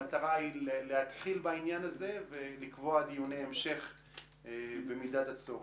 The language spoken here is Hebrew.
המטרה היא להתחיל בעניין הזה ולקבוע דיוני המשך במידת הצורך.